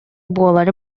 буолаары